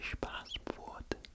passport